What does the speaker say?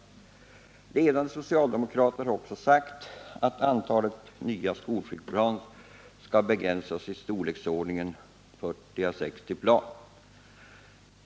Ledande socialdemokrater har också sagt att antalet nya skolflygplan skall begränsas till en storleksordning av 40-60 plan.